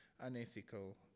unethical